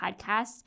Podcasts